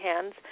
hands